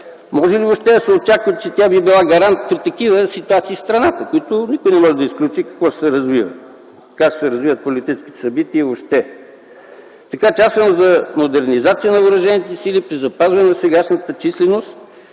може ли въобще да се очаква, че тя би била гарант при такива ситуации в страната, при които никой не може да изключи какво и как ще се развият политическите събития въобще? Аз съм за модернизация на въоръжените сили при запазване на сегашната численост.